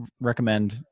recommend